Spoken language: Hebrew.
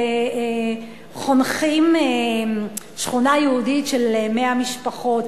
חונכים שכונה יהודית של 100 משפחות.